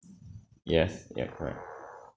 yes ya correct